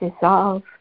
dissolve